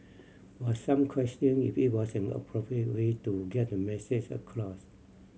but some questioned if it was an appropriate way to get the message across